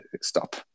stop